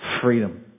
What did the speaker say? freedom